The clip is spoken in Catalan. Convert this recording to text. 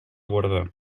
guardar